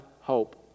hope